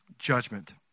judgment